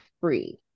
free